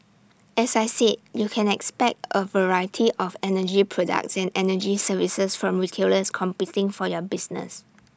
as I said you can expect A variety of energy products and energy services from retailers competing for your business